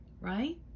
right